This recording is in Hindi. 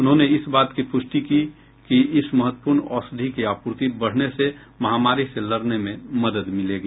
उन्होंने इस बात की पुष्टि की कि इस महत्वपूर्ण औषधि की आपूर्ति बढ़ने से महामारी से लड़ने में मदद मिलेगी